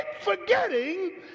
forgetting